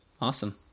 awesome